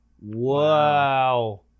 Wow